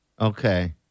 Okay